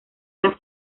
era